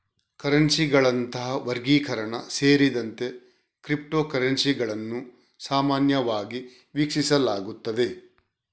ಕರೆನ್ಸಿಗಳಂತಹ ವರ್ಗೀಕರಣ ಸೇರಿದಂತೆ ಕ್ರಿಪ್ಟೋ ಕರೆನ್ಸಿಗಳನ್ನು ಸಾಮಾನ್ಯವಾಗಿ ವೀಕ್ಷಿಸಲಾಗುತ್ತದೆ